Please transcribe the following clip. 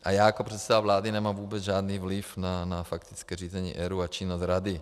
A já jako předseda vlády nemám vůbec žádný vliv na faktické řízení ERÚ a činnost rady.